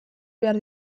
behar